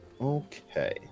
Okay